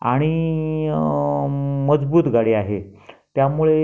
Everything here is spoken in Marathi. आणि मजबूत गाडी आहे त्यामुळे